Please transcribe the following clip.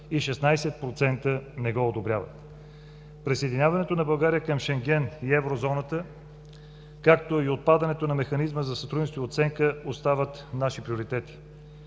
и 16% не го одобряват. Присъединяването на България към Шенген и Еврозоната, както и отпадането на Механизма за сътрудничество и оценка остават наши приоритети.